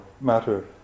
matter